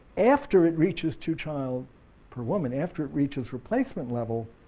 after it reaches two child per woman, after it reaches replacement level,